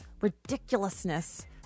ridiculousness